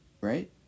right